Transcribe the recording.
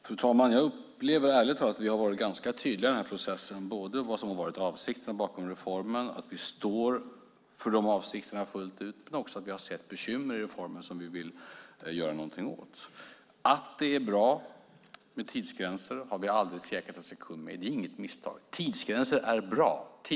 Fru talman! Jag upplever ärligt talat att vi har varit ganska tydliga i den här processen med både vad som har varit avsikten med reformen och att vi står för dessa avsikter fullt ut. Men vi har också sett bekymmer med reformen som vi vill göra något åt. Att det är bra med tidsgränser har vi aldrig tvivlat på en sekund. Det är inget misstag. Tidsgränser är bra.